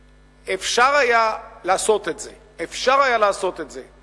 אפשר היה לעשות את זה.